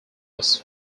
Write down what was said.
was